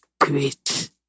great